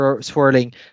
swirling